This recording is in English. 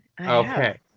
Okay